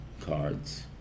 cards